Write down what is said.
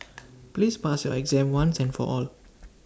please pass your exam once and for all